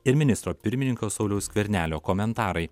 ir ministro pirmininko sauliaus skvernelio komentarai